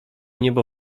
niebo